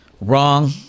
Wrong